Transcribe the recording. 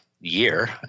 year